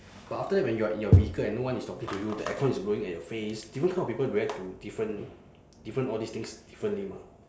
but after that when you are in your vehicle and no one is talking to you the aircon is blowing at your face different kind of people react to different different all these things differently mah